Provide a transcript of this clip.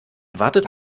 wartet